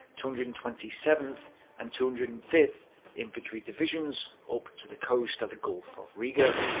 two hundred and twenty seventh and two hundred and fifth infantry divisions up to the coast at the gulf of riga,